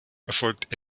erfolgt